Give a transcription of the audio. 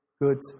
good